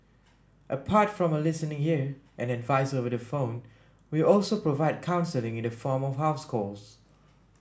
apart from a listening ear and advice over the phone we also provide counselling in the form of house calls